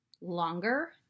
longer